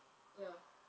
ya